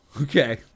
Okay